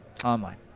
Online